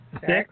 six